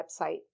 website